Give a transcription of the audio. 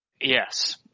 Yes